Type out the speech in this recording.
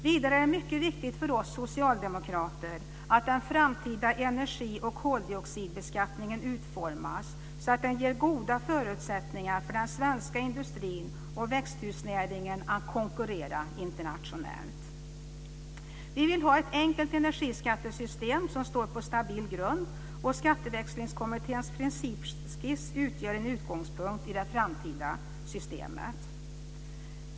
Vidare är det mycket viktigt för oss socialdemokrater att den framtida energi och koldioxidbeskattningen utformas så att den ger goda förutsättningar för den svenska industrin och växthusnäringen att konkurrera internationellt. Vi vill ha ett enkelt energiskattesystem som står på stabil grund, och Skatteväxlingskommitténs principskiss utgör en utgångspunkt i det framtida systemet.